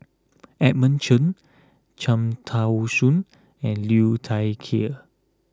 Edmund Cheng Cham Tao Soon and Liu Thai Ker